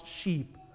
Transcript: sheep